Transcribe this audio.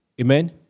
Amen